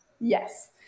Yes